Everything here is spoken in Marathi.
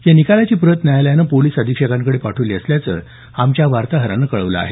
या निकालाची प्रत न्यायालयानं पोलिस अधीक्षकांकडे पाठवली असल्याचं आमच्या वार्ताहरानं कळवलं आहे